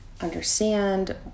understand